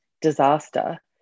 disaster